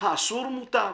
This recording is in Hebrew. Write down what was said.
האסור מתר.